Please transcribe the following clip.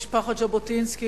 משפחת ז'בוטינסקי,